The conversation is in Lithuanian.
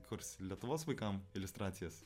kurs lietuvos vaikam iliustracijas